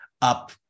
up